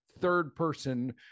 third-person